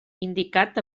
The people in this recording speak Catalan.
indicat